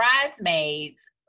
bridesmaids